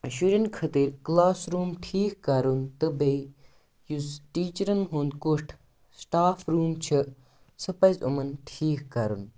شُرٮ۪ن خٲطرٕ classroom ٹھیٖک کَرُن تہٕ بیٚیہِ یُس ٹیٖچرَن ہُنٛد کُٹھ سٹاف روٗم چھِ سُہ پَزِ یِمَن ٹھیٖک کَرُن